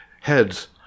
heads